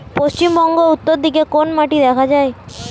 পশ্চিমবঙ্গ উত্তর দিকে কোন মাটি দেখা যায়?